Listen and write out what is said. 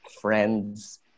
friends